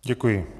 Děkuji.